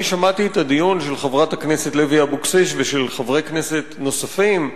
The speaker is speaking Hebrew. אני שמעתי את הדיון של חברת הכנסת לוי אבקסיס ושל חברי כנסת נוספים,